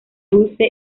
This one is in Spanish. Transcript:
dulce